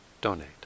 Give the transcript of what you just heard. donate